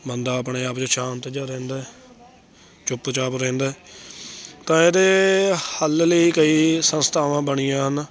ਬੰਦਾ ਆਪਣੇ ਆਪ 'ਚ ਸ਼ਾਂਤ ਜਿਹਾ ਰਹਿੰਦਾ ਚੁੱਪ ਚਾਪ ਰਹਿੰਦਾ ਤਾਂ ਇਹਦੇ ਹੱਲ ਲਈ ਕਈ ਸੰਸਥਾਵਾਂ ਬਣੀਆਂ ਹਨ